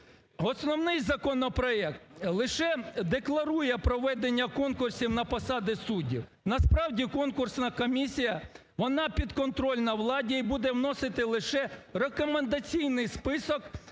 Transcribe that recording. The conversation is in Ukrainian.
Основний законопроект лише декларує проведення конкурсів на посади суддів. Насправді конкурсна комісія, вона підконтрольна владі і буде вносити лише рекомендаційний список,